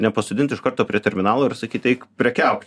nepasodint iš karto prie terminalo ir sakyt eik prekiauk